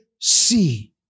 see